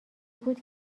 بود